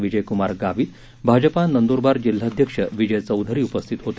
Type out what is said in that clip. विजयकुमार गावीत भाजपा नंदुरबार जिल्हाध्यक्ष विजय चौधरी उपस्थित होते